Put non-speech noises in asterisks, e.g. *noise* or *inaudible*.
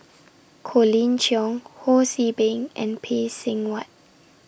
*noise* Colin Cheong Ho See Beng and Phay Seng Whatt